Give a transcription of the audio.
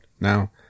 now